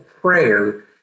prayer